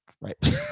right